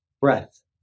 Breath